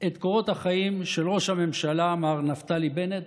את קורות החיים של ראש הממשלה מר נפתלי בנט,